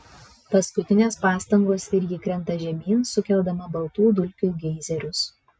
paskutinės pastangos ir ji krenta žemyn sukeldama baltų dulkių geizerius